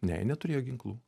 ne jie neturėjo ginklų